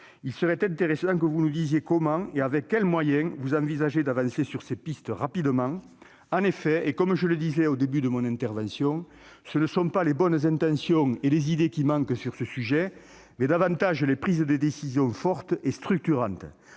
Il serait intéressant que le ministre nous dise comment et avec quels moyens il envisage d'avancer sur ces pistes, rapidement. En effet, je le disais au début de mon intervention, ce sont non pas les bonnes intentions et les idées qui manquent sur ce sujet, mais davantage les prises de décisions fortes et structurantes.